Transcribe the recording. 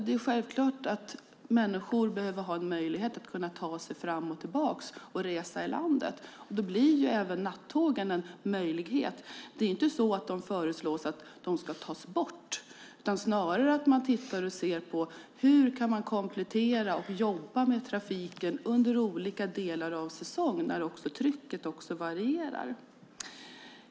Det är självklart att människor behöver ha en möjlighet att ta sig fram och tillbaka och att resa i landet. Då blir även nattågen en möjlighet. Det är ju inte så att man föreslår att de ska tas bort. Det är snarare så att man tittar på hur man kan komplettera och jobba med trafiken under olika delar av säsongen när också trycket varierar.